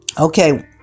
okay